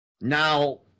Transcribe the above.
Now